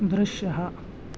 दृश्यः